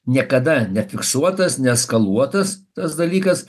niekada nefiksuotas neeskaluotas tas dalykas